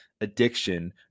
addiction